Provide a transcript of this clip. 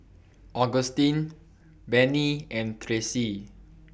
Augustine Benny and Tressie